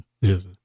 Yes